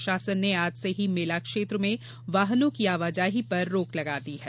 प्रशासन ने आज से ही मेला क्षेत्र में वाहनों की आवाजाही पर रोक लगा दी है